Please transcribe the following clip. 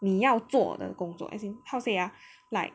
你要做的工作 as in how to say ah like